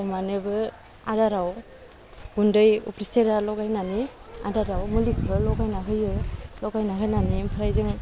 अमानोबो आदाराव गुन्दै अफ्रि सेरा लगायनानै आदाराव मुलिखौ लगायना होयो लगायना होनानै ओमफ्राय जों